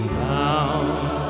bound